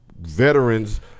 veterans